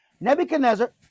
Nebuchadnezzar